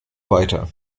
weiter